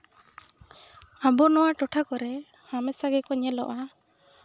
ᱟᱵᱚ ᱱᱚᱣᱟ ᱴᱚᱴᱷᱟ ᱠᱚᱨᱮ ᱦᱟᱢᱮᱥᱟ ᱜᱮᱠᱚ ᱧᱮᱞᱚᱜᱼᱟ